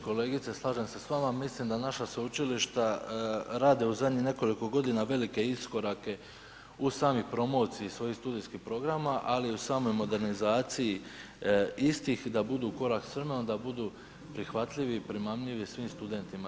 Kolegice, slažem se s vama, mislim da naša sveučilišta rade u zadnjih nekoliko godina velike iskorake u samoj promociji svojih studijskih programa ali i u samoj modernizaciji istih i da budu u korak s vremenom i da budu prihvatljivi i primamljivi svim studentima.